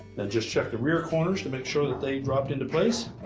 then just check the rear corners to make sure that they dropped into place.